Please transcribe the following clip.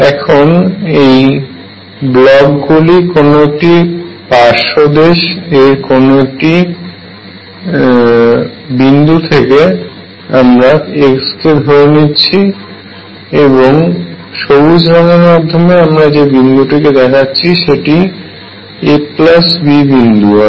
এখন এই ব্লক গুলির কোনো একটি পার্শ্বদেশ এর কোনো একটি বিন্দু থেকে আমরা x কে ধরে নিচ্ছি এবং সবুজ রঙের মাধ্যমে আমরা যে বিন্দুটিকে দেখাচ্ছি সেটি ab বিন্দু হয়